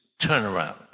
turnaround